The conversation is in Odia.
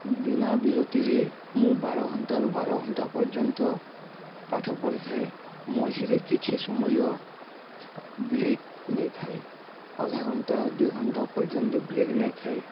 ବିନା ବିରତିରେ ମୁଁ ବାର ଘଣ୍ଟାରୁ ବାର ଘଣ୍ଟା ପର୍ଯ୍ୟନ୍ତ ପାଠ ପଢ଼ିଥାଏ ମଝିରେ କିଛି ସମୟ ବ୍ରେକ୍ ନେଇଥାଏ ଅଧା ଘଣ୍ଟା ଦୁଇ ଘଣ୍ଟା ପର୍ଯ୍ୟନ୍ତ ବ୍ରେକ୍ ନେଇଥାଏ